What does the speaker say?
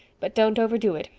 but don't overdo it.